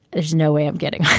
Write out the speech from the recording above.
there's no way of getting.